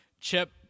Chip